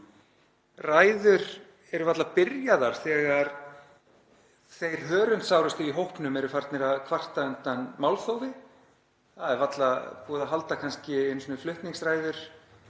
Ræður eru varla byrjaðar þegar þeir hörundsárustu í hópnum eru farnir að kvarta undan málþófi. Það er varla búið að halda einu sinni flutningsræður